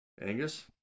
Angus